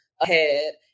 ahead